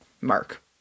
mark